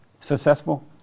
successful